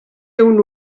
ehun